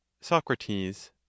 socrates